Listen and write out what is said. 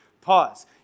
Pause